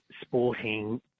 sporting